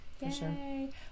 Yay